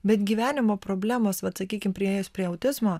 bet gyvenimo problemos vat sakykim priėjus prie autizmo